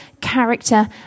character